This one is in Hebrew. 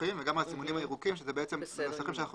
פתוחים וגם על הסימונים הירוקים שזה בעצם נוסחים שאנחנו